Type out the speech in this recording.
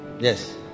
Yes